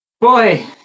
Boy